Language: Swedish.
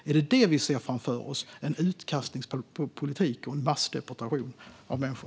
Är det detta som vi ser framför oss, en utkastningspolitik och en massdeportation av människor?